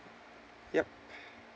yup